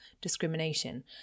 discrimination